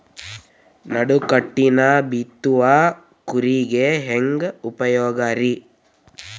ನಡುಕಟ್ಟಿನ ಬಿತ್ತುವ ಕೂರಿಗೆ ಹೆಂಗ್ ಉಪಯೋಗ ರಿ?